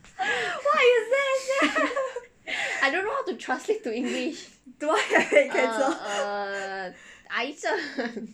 I don't know how to translate to english err err 癌症